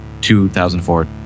2004